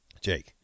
Jake